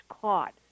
caught